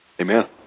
Amen